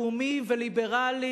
לאומי וליברלי,